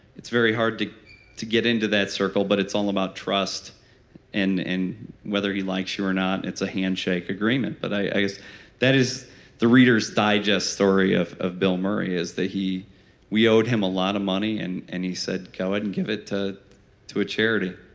it's very hard to to get into that circle but it's all about trust and and whether he likes you or not. it's a handshake agreement. but that is that is the reader's digest story of of bill murray is that we owed him a lot of money and and he said, go ahead and give it to to a charity.